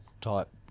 type